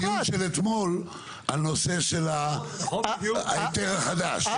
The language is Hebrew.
זה מתאים לנו לדיון של אתמול על הנושא של ההיתר החדש.